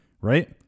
right